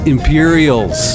Imperials